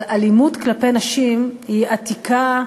אבל אלימות כלפי נשים היא עתיקה,